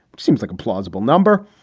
seems like a plausible number,